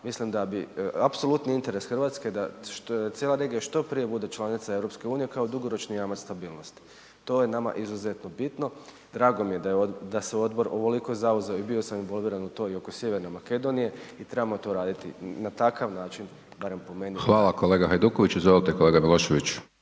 mislim da bi, apsolutni interes RH da cijela regija što prije bude članica EU kao dugoročni jamac stabilnosti, to je nama izuzetno bitno, drago mi je da se odbor ovoliko zauzeo i bio sam involviran u toj i oko Sjeverne Makedonije i trebamo to raditi na takav način barem po meni …/Upadica: Hvala…/……/Govornik se ne